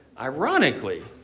ironically